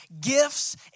gifts